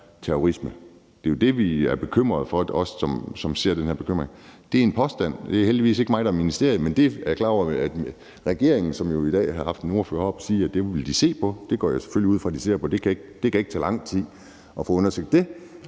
terrorisme. Det er jo det, vi, der ser den her bekymring, er bekymrede for. Det er en påstand. Det er heldigvis ikke mig, der er ministerium. Men regeringen har jo i dag haft en ordfører oppe at sige, at det vil de se på. Det går jeg selvfølgelig ud fra at de ser på. Det kan ikke tage lang tid at få undersøgt det: